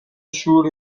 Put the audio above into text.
شور